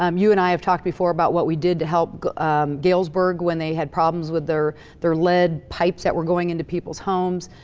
um you and i have talked before about what we did to help galesburg, when they had problems with their their lead pipes that were going into peoples homes.